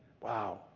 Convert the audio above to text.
Wow